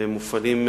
ומופעלים,